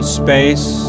space